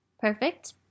perfect